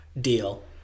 Deal